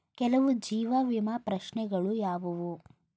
ಕೆಲವು ಜೀವ ವಿಮಾ ಪ್ರಶ್ನೆಗಳು ಯಾವುವು?